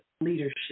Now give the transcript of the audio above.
leadership